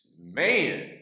Man